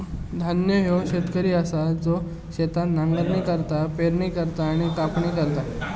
धन्ना ह्यो शेतकरी असा जो शेतात नांगरणी करता, पेरणी करता आणि कापणी करता